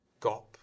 Gop